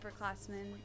upperclassmen